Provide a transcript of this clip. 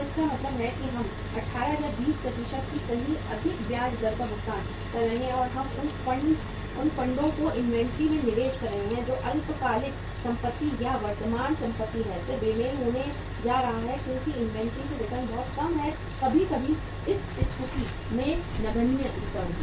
तो इसका मतलब है कि हम 18 20 की कहीं अधिक ब्याज दर का भुगतान कर रहे हैं और हम उन फंडों को इन्वेंट्री में निवेश कर रहे हैं जो अल्पकालिक संपत्ति या वर्तमान संपत्ति है फिर बेमेल होने जा रहा है क्योंकि इन्वेंट्री से रिटर्न बहुत कम है कभी कभी इस संपत्ति से नगण्य रिटर्न भी